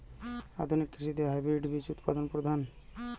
আধুনিক কৃষিতে হাইব্রিড বীজ উৎপাদন প্রধান